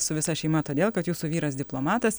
su visa šeima todėl kad jūsų vyras diplomatas